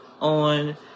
on